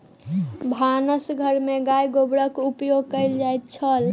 भानस घर में गाय गोबरक उपयोग कएल जाइत छल